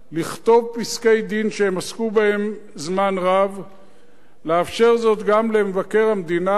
ולעתים גם להפרעות בתפקוד של גופים שלמים ומשמעותיים ביותר בחיי המדינה